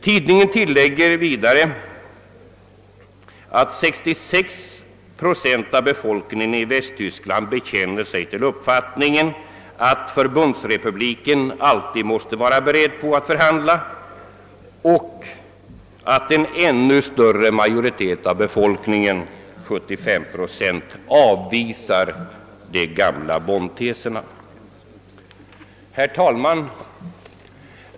Tidningen tillägger vidare att 66 procent av befolkningen i Västtyskland bekänner sig till uppfattningen, att Förbundsrepubliken alltid måste vara beredd att förhandla, och att en ännu större majoritet av befolkningen, 75 procent, avvisar de gamla Bonn-teserna. Herr talman!